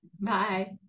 Bye